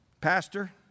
Pastor